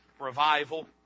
revival